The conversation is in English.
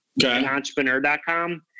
entrepreneur.com